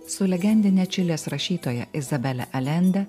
su legendine čilės rašytoja izabele alende